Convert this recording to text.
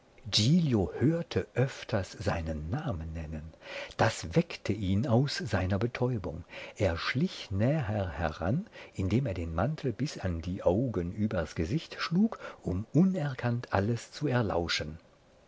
hörte öfters seinen namen nennen das weckte ihn aus seiner betäubung er schlich näher heran indem er den mantel bis an die augen übers gesicht schlug um unerkannt alles zu erlauschen